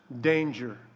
danger